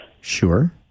Sure